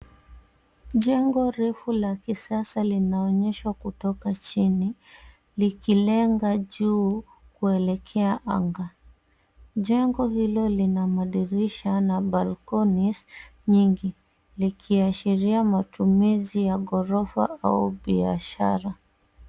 Jengo refu la kisasa linaonyeshwa kutoka chini, likilenga juu kuelekea anga. Jengo hilo lina madirisha na balconies nyingi likiashiria matumizi ya ghorofa au biashara.